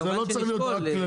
זה לא צריך להיות כללי,